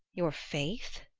your faith?